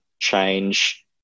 change